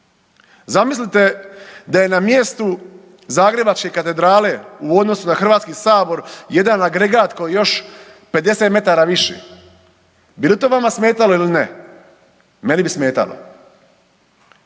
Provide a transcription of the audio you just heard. Zamislite da je na mjestu zagrebačke katedrale u odnosu na Hrvatski sabor jedan agregat koji je još 50 metara više. Bi li to vama smetalo ili ne? Meni bi smetalo.